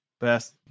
best